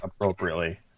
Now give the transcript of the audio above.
appropriately